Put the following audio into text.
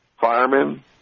Firemen